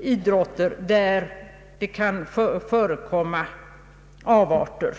idrotter kan förekomma avarter.